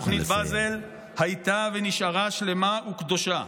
תוכנית בזל הייתה ונשארה שלמה וקדושה.